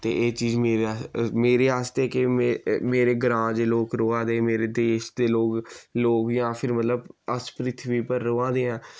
ते एह् चीज मेरे मेरे आस्तै केह् मेरे ग्रां दे लोक रवै दे मेरे देश दे लोक लोक जां फिर मतलब अस पृथ्वी उप्पर रवै ने आं